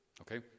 okay